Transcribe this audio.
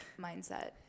mindset